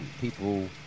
people